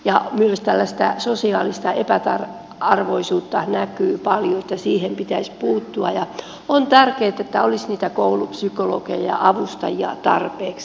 myös tällaista sosiaalista epätasa arvoisuutta näkyy paljon siihen pitäisi puuttua ja on tärkeätä että olisi niitä koulupsykologeja ja avustajia tarpeeksi